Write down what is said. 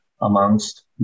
amongst